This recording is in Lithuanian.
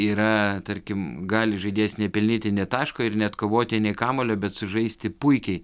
yra tarkim gali žaidėjas nepelnyti nė taško ir neatkovoti nei kamuolio bet sužaisti puikiai